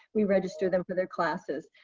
we register them for their classes.